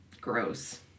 Gross